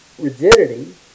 Rigidity